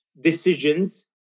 decisions